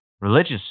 religious